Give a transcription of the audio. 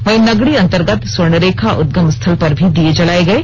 वहीं नगड़ी अंतर्गत स्वर्णरेखा उदगम स्थल पर भी दीये जलाये गये